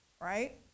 right